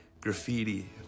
graffiti